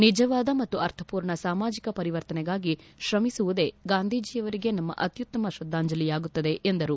ನಿಜವಾದ ಮತ್ತು ಅರ್ಥಪೂರ್ಣ ಸಾಮಾಜಿಕ ಪರಿವರ್ತನೆಗಾಗಿ ಶ್ರಮಿಸುವುದೇ ಗಾಂಧಿಜೀಯವರಿಗೆ ನಮ್ಮ ಅತ್ಖುತ್ತಮ ಶ್ರದ್ದಾಂಜಲಿಯಾಗುತ್ತದೆ ಎಂದರು